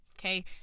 okay